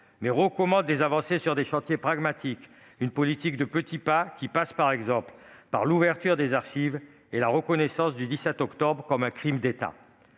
mais recommande des avancées sur des chantiers pragmatiques, une politique des petits pas supposant, par exemple, l'ouverture des archives et la reconnaissance du 17 octobre comme un crime d'État.